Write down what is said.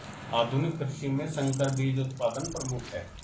आधुनिक कृषि में संकर बीज उत्पादन प्रमुख है